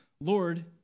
Lord